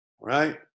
Right